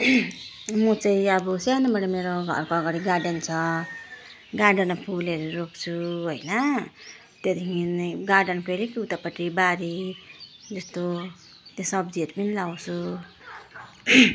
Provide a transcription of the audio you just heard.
म चाहिँ अब सानोबाट मेरो घरको अगाडि गार्डन छ गार्डनमा फुलहरू रोप्छु होइन त्यहाँदेखि गार्डनको अलिक उतापट्टि बारी जस्तो त्यो सब्जीहरू पनि लगाउँछु